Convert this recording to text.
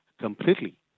completely